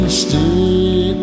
stay